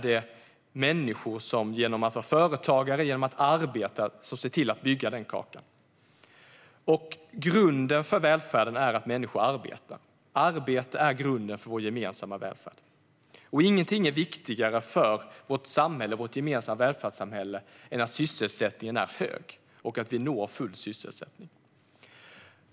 Sanningen är den att det är företagare och människor som arbetar som ser till att bygga den kakan. Grunden för vår gemensamma välfärd är att människor arbetar. Ingenting är viktigare för vårt gemensamma välfärdssamhälle än att sysselsättningen är hög och att vi når full sysselsättning.